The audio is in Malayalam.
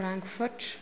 ഫ്രാൻഫർട്ട്